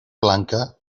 blanca